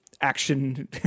action